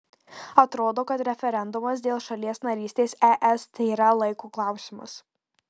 atrodo kad referendumas dėl šalies narystės es tėra laiko klausimas